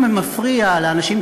אם זה מפריע לאנשים,